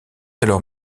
alors